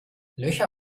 löcher